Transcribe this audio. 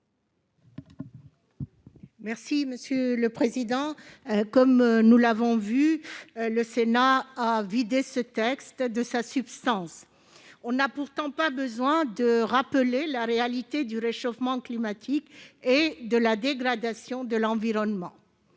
explication de vote. Comme nous l'avons vu, le Sénat a vidé ce texte de sa substance. Il n'est pourtant pas nécessaire de rappeler la réalité du réchauffement climatique et de la dégradation de l'environnement.